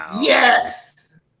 Yes